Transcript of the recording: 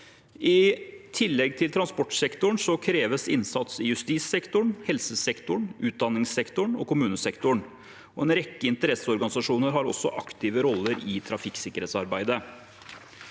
I tillegg til transportsektoren kreves innsats i justissektoren, helsesektoren, utdanningssektoren og kommunesektoren. En rekke interesseorganisasjoner har også aktive roller i trafikksikkerhetsarbeidet.